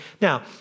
Now